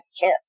kiss